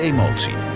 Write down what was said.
Emotie